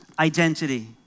Identity